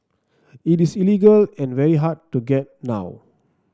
it is illegal and very hard to get now